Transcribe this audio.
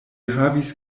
havis